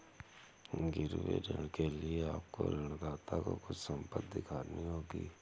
गिरवी ऋण के लिए आपको ऋणदाता को कुछ संपत्ति दिखानी होगी